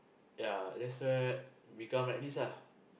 ya that's where become like this